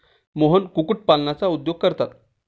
मोहन कुक्कुटपालनाचा उद्योग करतात